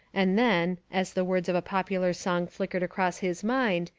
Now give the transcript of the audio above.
and then, as the words of a popular song flick ered across his mind,